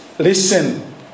listen